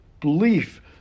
belief